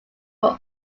were